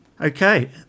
Okay